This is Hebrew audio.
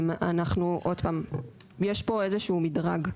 אנחנו, עוד פעם, יש פה איזה שהוא מדרג.